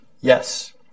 yes